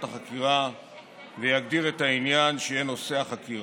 החקירה ויגדיר את העניין שיהיה נושא החקירה.